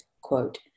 Quote